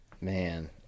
Man